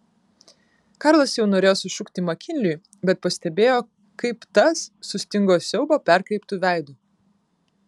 karlas jau norėjo sušukti makinliui bet pastebėjo kaip tas sustingo siaubo perkreiptu veidu